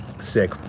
Sick